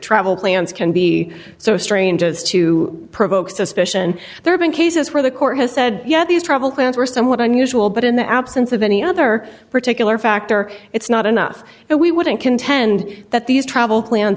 travel plans can be so strange as to provoke suspicion there have been cases where the court has said yeah these travel plans were somewhat unusual but in the absence of any other particular factor it's not enough that we wouldn't contend that these travel plans